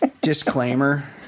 disclaimer